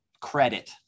credit